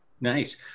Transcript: Nice